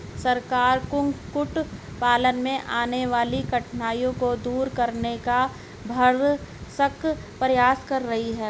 सरकार कुक्कुट पालन में आने वाली कठिनाइयों को दूर करने का भरसक प्रयास कर रही है